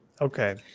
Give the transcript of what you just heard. okay